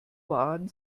waren